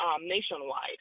nationwide